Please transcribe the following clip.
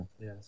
Yes